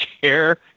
care